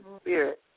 spirit